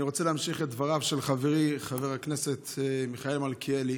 אני רוצה להמשיך את דבריו של חברי חבר הכנסת מיכאל מלכיאלי